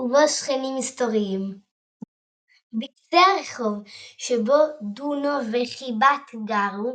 ובו שכנים מסתוריים בקצה הרחוב שבו דונו וחיבת גרו,